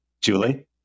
Julie